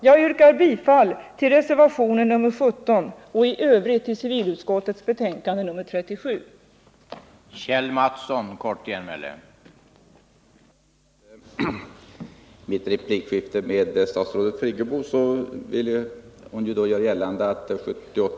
Jag yrkar bifall till reservationen 17, i övrigt bifall till civilutskottets hemställan i betänkandet 1978/79:37.